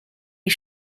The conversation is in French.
les